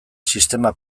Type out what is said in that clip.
sistema